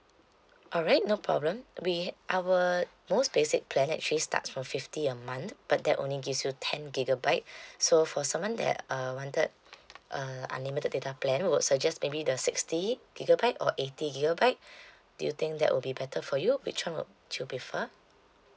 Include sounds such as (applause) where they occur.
alright no problem we our most basic plan actually starts from fifty a month but that only gives you ten gigabyte (breath) so for someone that uh wanted a unlimited data plan would suggest maybe the sixty gigabyte or eighty gigabyte (breath) do you think that will be better for you which one would you prefer